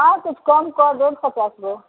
आओर किछु कम कर देब पचासगो